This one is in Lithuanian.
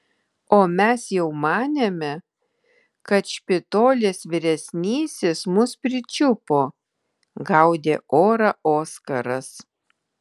o mes jau manėme kad špitolės vyresnysis mus pričiupo gaudė orą oskaras